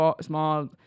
small